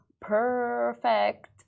perfect